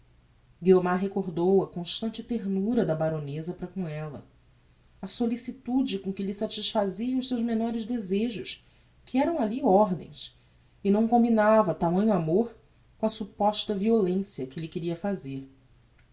guiomar recordou a constante ternura da baroneza para com ella a sollicitude com que lhe satisfazia os seus menores desejos que eram alli ordens e não combinava tamanho amor com a supposta violencia que lhe queria fazer